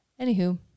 anywho